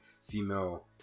female